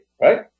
right